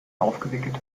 aufgewickelt